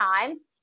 times